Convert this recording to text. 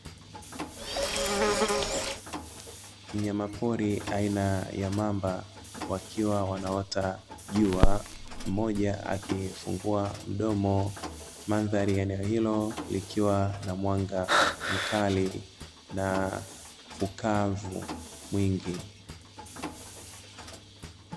Mnyamapori aina ya Mamba wakiwa wanaota jua mmoja akifungua mdomo, mandhari ya eneo hilo ikiwa na mwanga mkali na ukavu mwingi.